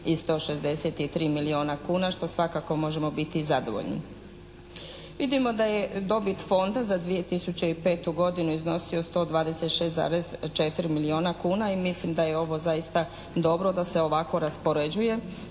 i 163 milijuna kuna što svakako možemo biti zadovoljni. Vidimo da je dobit Fonda za 2005. godinu iznosio 126,4 milijuna kuna i mislim da je ovo zaista dobro da se ovako raspoređuje